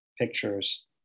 pictures